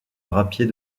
drapier